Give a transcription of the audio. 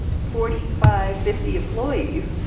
forty five, fifty employees.